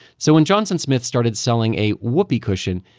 so when johnson smith started selling a whoopee cushion,